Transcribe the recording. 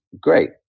great